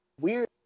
weird